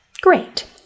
Great